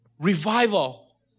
revival